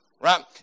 right